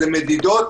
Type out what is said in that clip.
זה מדידות.